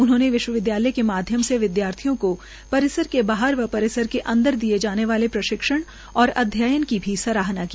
उन्होंने विश्वविद्यालय के माध्यम से विदयार्थियों को परिसर के बाहर और परिसर के अन्दर दिए जाने वाले प्रशिक्षण और अध्ययन की भी सराहना की